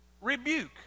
rebuke